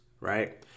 right